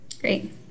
Great